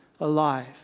alive